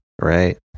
Right